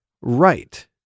right